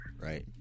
right